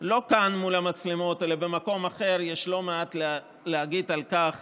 לא כאן מול המצלמות אלא במקום אחר יש לא מעט להגיד על כך